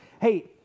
hey